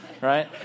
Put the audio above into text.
right